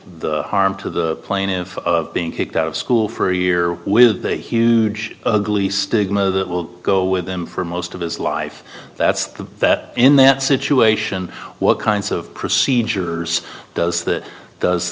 harm to the plaintiff being kicked out of school for a year with a huge ugly stigma that will go with them for most of his life that's that in that situation what kinds of procedures does that does